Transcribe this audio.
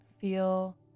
Feel